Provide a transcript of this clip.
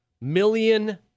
million